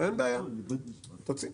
אין בעיה, תוציא.